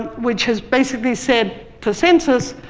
which has basically said to census